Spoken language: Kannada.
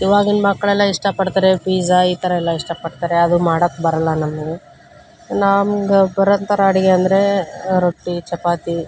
ಇವಾಗಿನ ಮಕ್ಕಳೆಲ್ಲ ಇಷ್ಟಪಡ್ತಾರೆ ಪೀಝಾ ಈ ಥರ ಎಲ್ಲ ಇಷ್ಟಪಡ್ತಾರೆ ಅದು ಮಾಡಕ್ಕೆ ಬರೋಲ್ಲ ನಮ್ಗೆ ನಮ್ಗ ಬರೋ ಥರ ಅಡುಗೆ ಅಂದರೆ ರೊಟ್ಟಿ ಚಪಾತಿ